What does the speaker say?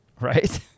right